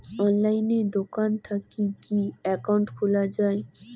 অনলাইনে দোকান থাকি কি একাউন্ট খুলা যায়?